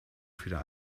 viele